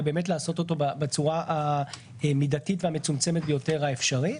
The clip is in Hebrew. ובאמת לעשות אותו בצורה המידתית והמצומצמת ביותר האפשרית.